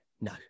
No